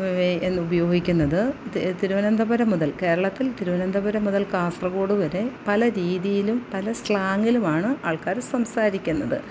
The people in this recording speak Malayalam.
ഉപ ഉപയോഗിക്കുന്നത് തി തിരുവനന്തപുരം മുതൽ കേരളത്തിൽ തിരുവനന്തപുരം മുതൽ കാസർകോഡ് വരെ പല രീതിയിലും പല സ്ലാങ്ങിലുമാണ് ആൾക്കാർ സംസാരിക്കുന്നത്